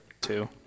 Two